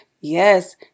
Yes